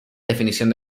definición